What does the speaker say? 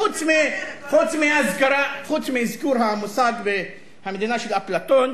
חוץ מאזכור המושג "המדינה של אפלטון",